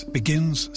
begins